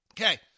Okay